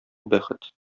бәхет